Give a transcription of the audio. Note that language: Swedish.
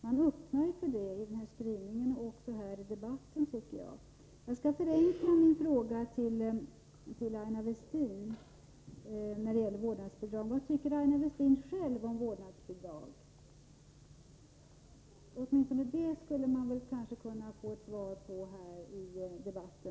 Man öppnar för det genom sin skrivning och även här i debatten, tycker jag. Jag skall förenkla min fråga till Aina Westin när det gäller vårdnadsbidrag: Vad tycker Aina Westin själv om vårdnadsbidrag? Åtminstone det skulle man väl kanske kunna få ett svar på i den här debatten.